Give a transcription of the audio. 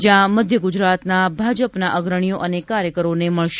જયાં મધ્ય ગુજરાતના ભાજપના અગ્રણીઓ અને કાર્યકરોને મળશે